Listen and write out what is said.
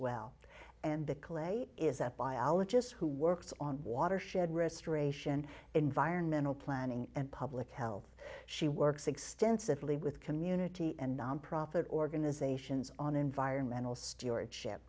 calais is a biologist who works on watershed restoration environmental planning and public health she works extensively with community and nonprofit organizations on environmental stewardship